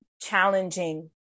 challenging